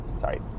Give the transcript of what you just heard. Sorry